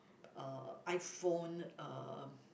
uh iPhone uh